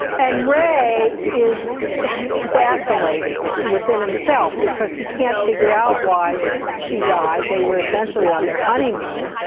and ray is vacillating within himself because he can't figure out why she died, they were essentially on their honeymoon.